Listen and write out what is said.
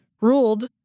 ruled